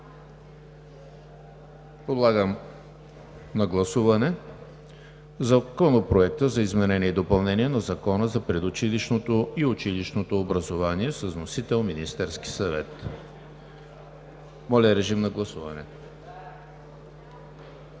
Подлагам на гласуване Законопроекта за изменение и допълнение на Закона за предучилищното и училищното образование с вносител Министерският съвет. Гласували